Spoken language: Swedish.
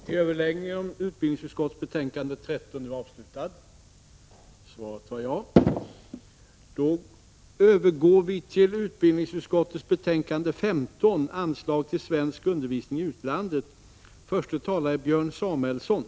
Kammaren övergår nu till att debattera utbildningsutskottets betänkande 13 om anslag till forskning och centralt utvecklingsarbete inom skolväsendet, m.m. I fråga om detta betänkande hålls gemensam överläggning för samtliga punkter.